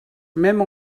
même